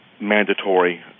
mandatory